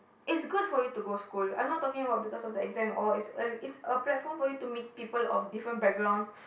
it's good for you to go school I'm not talking about because of the exams or it's a it's a platform for you to meet people of different backgrounds